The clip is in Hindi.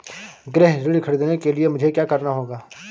गृह ऋण ख़रीदने के लिए मुझे क्या करना होगा?